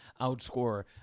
outscore